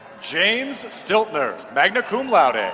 james stiltner, magna cum laude. and